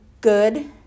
good